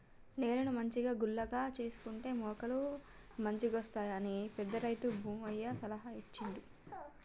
నేలను మంచిగా గుల్లగా చేసుకుంటే మొలకలు మంచిగొస్తాయట అని పెద్ద రైతు భూమయ్య సలహా ఇచ్చిండు